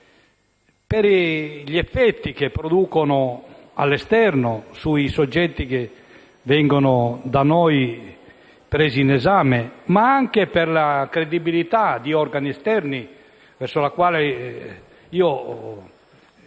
per gli effetti che producono all'esterno sui soggetti che vengono da noi presi in esame, ma anche per la credibilità di organi esterni verso i quali